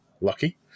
Lucky